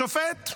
השופט,